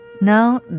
Now